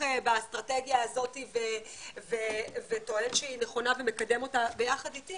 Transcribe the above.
באסטרטגיה הזאת וטוען שהיא נכונה ומקדם אותה ביחד איתי,